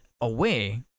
Away